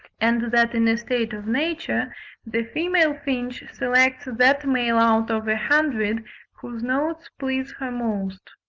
and that in a state of nature the female finch selects that male out of a hundred whose notes please her most.